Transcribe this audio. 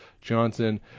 Johnson